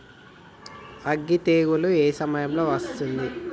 అగ్గి తెగులు ఏ సమయం లో వస్తుంది?